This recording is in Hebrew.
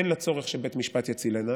אין לה צורך שבית משפט יצילנה.